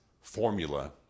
formula